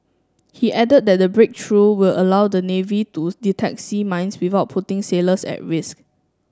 he added that the breakthrough will allow the navy to detect sea mines without putting sailors at risk